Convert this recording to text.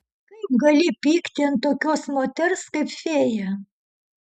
kaip gali pykti ant tokios moters kaip fėja